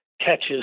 Catches